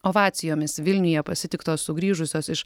ovacijomis vilniuje pasitiktos sugrįžusios iš